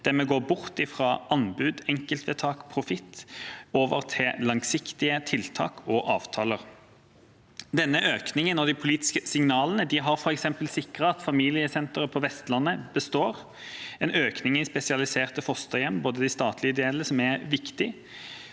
der vi går bort fra anbud, enkeltvedtak og profitt og over til langsiktige tiltak og avtaler. Denne økningen og de politiske signalene har f.eks. sikret at Familiesenteret på Vestlandet består, og en økning i spesialiserte fosterhjem, både de statlige og de ideelle, noe som er viktig.